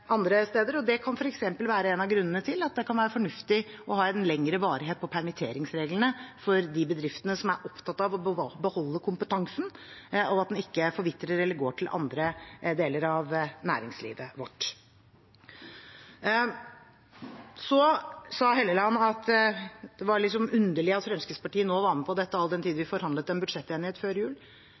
andre steder. Det kan f.eks. være en av grunnene til at det kan være fornuftig å ha en lengre varighet på permitteringsreglene for de bedriftene som er opptatt av å beholde kompetansen, og at den ikke forvitrer eller går til andre deler av næringslivet vårt. Så sa Helleland at det liksom var underlig at Fremskrittspartiet nå var med på dette, all den tid vi forhandlet en budsjettenighet før jul.